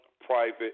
private